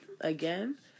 again